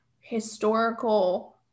historical